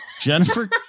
Jennifer